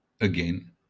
again